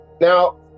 now